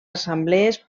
assemblees